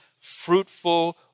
fruitful